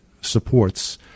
supports